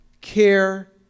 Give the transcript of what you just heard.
care